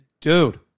dude